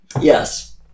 Yes